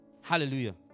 Hallelujah